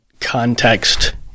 context